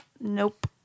Nope